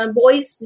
boys